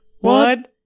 One